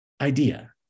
idea